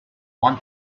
one